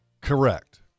Correct